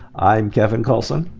i'm kevin kallsen.